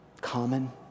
common